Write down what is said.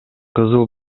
кызыл